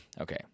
Okay